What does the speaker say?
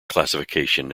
classification